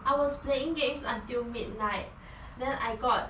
I was playing games until midnight then I got